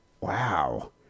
Wow